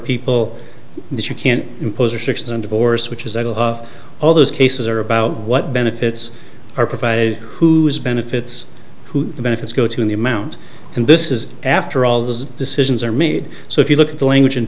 people that you can't impose restrictions on divorce which is that of all those cases are about what benefits are provided and whose benefits who benefits go to the amount and this is after all those decisions are made so if you look at the language